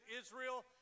Israel